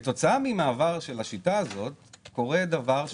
כתוצאה ממעבר של השיטה הזו קורה דבר,